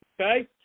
okay